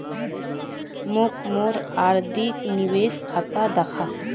मोक मोर आर.डी निवेश खाता दखा